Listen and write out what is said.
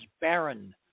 barren